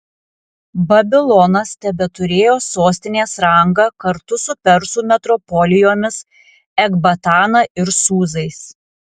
babilonas tebeturėjo sostinės rangą kartu su persų metropolijomis ekbatana ir sūzais